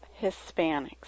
Hispanics